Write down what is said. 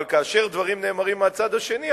אבל כאשר דברים נאמרים מהצד השני,